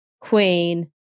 queen